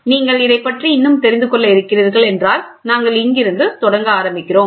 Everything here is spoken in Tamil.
நீங்கள் இதைப்பற்றி இன்னும் தெரிந்து கொள்ள இருக்கிறார்கள் என்றால் நாங்கள் இங்கிருந்து தொடங்க ஆரம்பிக்கிறோம்